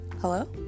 Hello